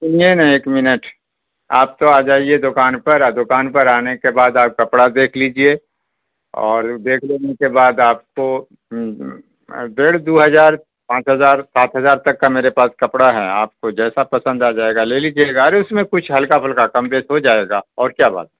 سنیے نا ایک منٹ آپ تو آ جائیے دکان پر آ دکان پر آنے کے بعد آپ کپڑا دیکھ لیجیے اور دیکھ لینے کے بعد آپ کو ڈیڑھ دو ہزار پانچ ہزار سات ہزار تک کا میرے پاس کپڑا ہے آپ کو جیسا پسند آ جائے گا لے لیجیے گا ارے اس میں کچھ ہلکا پھلکا کم بییس ہو جائے گا اور کیا بات